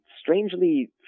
strangely